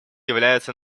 является